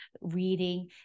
reading